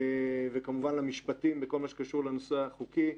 וכמובן למשפטים בכל מה שקשור לנושא החוקי.